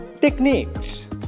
Techniques